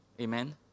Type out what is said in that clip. Amen